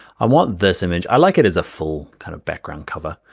i want this image. i like it as a full kind of background cover.